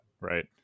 right